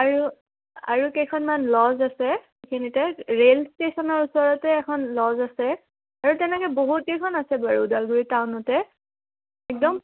আৰু আৰু কেইখনমান লজ আছে সেইখিনিতে ৰে'ল ষ্টেচনৰ ওচৰতে এখন লজ আছে আৰু তেনেকে বহুত কেইখন আছে বাৰু ওদালগুৰি টাউনতে একদম